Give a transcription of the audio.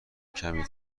کمی